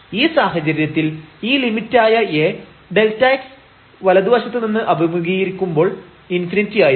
ഈ സാഹചര്യത്തിൽ ഈ ലിമിറ്റായ A Δx വലതുവശത്ത് നിന്ന് അഭിമുഖീകരിക്കുമ്പോൾ ∞ ആയിരിക്കും